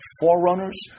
forerunners